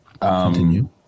Continue